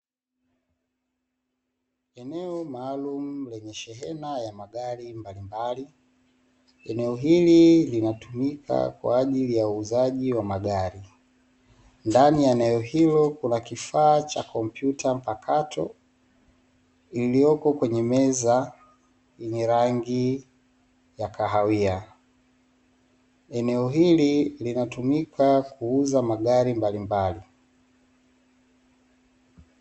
Eneo maalumu, lenye shehena ya magari mbalimbali. Eneo hili linatumika kwa ajili ya uuzaji wa magari. Ndani ya eneo hilo kuna kifaa cha kompyuta mpakato, iliyoko kwenye meza yenye rangi ya kahawia. Eneo hili linatumika kuuza magari mbalimbali.